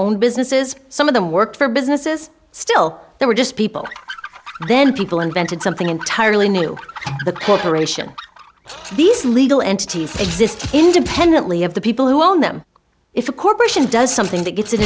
owned businesses some of them worked for businesses still they were just people then people invented something entirely new the corporation these legal entity for exist independently of the people who own them if a corporation does something that gets in